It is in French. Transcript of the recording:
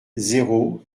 zéro